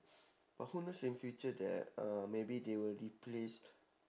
but who knows in future that uh maybe they will replace